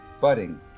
Budding